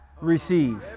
receive